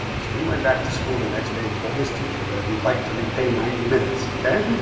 so he went back to school the next day and told his teacher that he'd like to repay ninety minutes, ok?